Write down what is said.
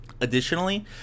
Additionally